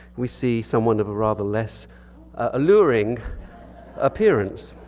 we see someone of a rather less alluring appearance.